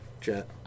Jet